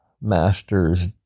masters